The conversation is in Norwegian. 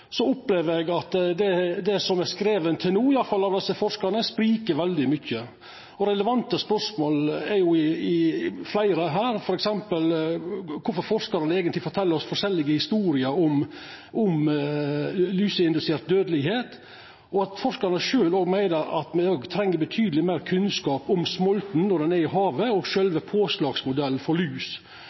opplever eg at det som er skrive til no, i alle fall av desse forskarane, sprikar veldig mykje. Og det er fleire relevante spørsmål her, t.d. korfor forskarane fortel oss forskjellige historier om luseindusert dødelegheit, og at forskarane sjølve meiner at me òg treng betydeleg meir kunnskap om smolten når den er i havet, og sjølve påslagsmodellen for lus,